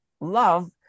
love